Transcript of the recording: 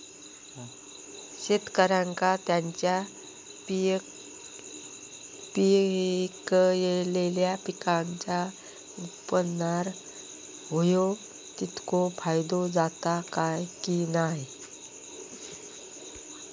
शेतकऱ्यांका त्यांचा पिकयलेल्या पीकांच्या उत्पन्नार होयो तितको फायदो जाता काय की नाय?